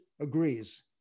agrees